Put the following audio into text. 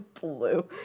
blue